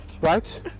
right